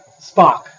Spock